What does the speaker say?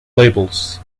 labels